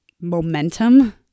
momentum